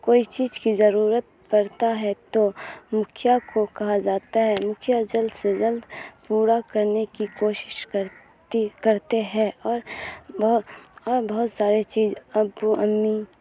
کوئی چیز کی ضرورت پڑتا ہے تو مکھیا کو کہا جاتا ہے مکھیا جلد سے جلد پورا کرنے کی کوشش کرتی کرتے ہیں اور بہ اور بہت سارے چیز ابو امی